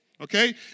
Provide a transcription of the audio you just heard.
Okay